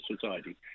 society